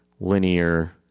linear